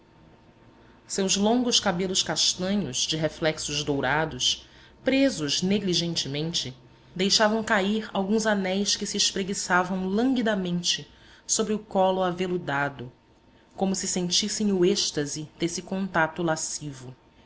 seus longos cabelos castanhos de reflexos dourados presos negligentemente deixavam cair alguns anéis que se espreguiçavam languidamente sobre o colo aveludado como se sentissem o êxtase desse contato lascivo